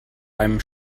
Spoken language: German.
einem